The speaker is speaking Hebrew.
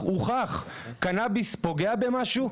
קנביס פוגע במשהו?